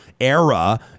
era